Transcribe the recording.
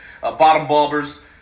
bottom-bulbers